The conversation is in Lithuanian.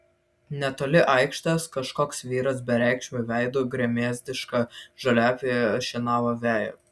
netoli aikštės kažkoks vyras bereikšmiu veidu gremėzdiška žoliapjove šienavo veją